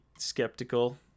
skeptical